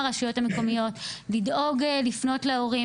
הרשויות המקומיות לדאוג לפנות להורים,